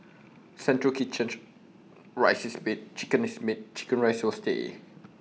central kitchen rice is made chicken is made Chicken Rice will stay